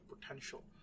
potential